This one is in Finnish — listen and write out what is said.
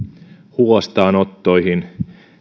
huostaanottoihin